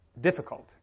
difficult